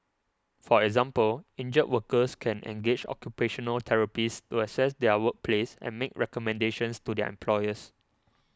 for example injured workers can engage occupational therapists to assess their workplace and make recommendations to their employers